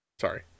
Sorry